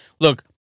look